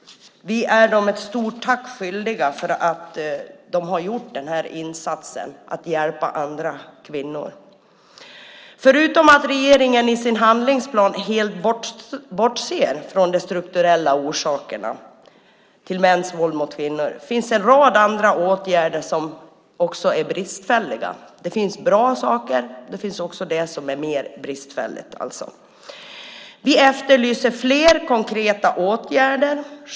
Vi är dem ett stort tack skyldiga för att de har gjort den här insatsen och hjälpt andra kvinnor. Förutom att regeringen i sin handlingsplan helt bortser från de strukturella orsakerna till mäns våld mot kvinnor finns en rad andra åtgärder som också är bristfälliga. Det finns bra saker, men det finns också det som är bristfälligt. Vi efterlyser fler konkreta åtgärder.